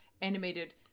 animated